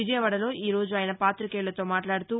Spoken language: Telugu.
విజయవాడలో ఈరోజు ఆయన పాతికేయులతో మాట్లాడుతూ